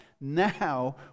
now